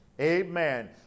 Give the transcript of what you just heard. Amen